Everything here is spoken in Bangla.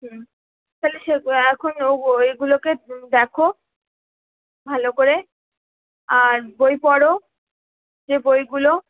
হুম তাহলে এখন ও ওগুলোকে দেখো ভালো করে আর বই পড়ো যে বইগুলো